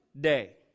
day